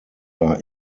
are